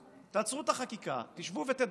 תעצרו את החקיקה, תשבו ותדברו,